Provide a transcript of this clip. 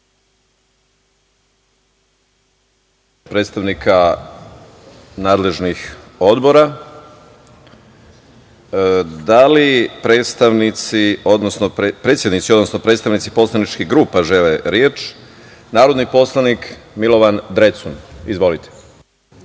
od predstavnika nadležnih odbora, da li predsednici, odnosno predstavnici poslaničkih grupa žele reč? Narodni poslan poslanik Milovan Drecun. Izvolite.